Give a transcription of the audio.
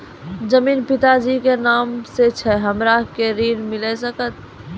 जमीन पिता जी के नाम से छै हमरा के ऋण मिल सकत?